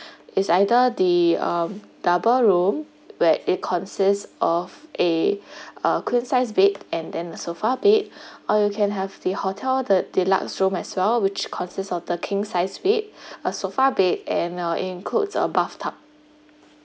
is either they um double room where it consists of a uh queen sized bed and then the sofa bed or you can have the hotel the deluxe room as well which consists of the king sized bed a sofa bed and uh it includes a bathtub